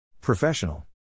Professional